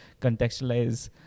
contextualize